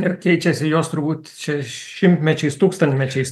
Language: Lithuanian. ir keičiasi jos turbūt čia šimtmečiais tūkstantmečiais